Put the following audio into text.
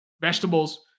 vegetables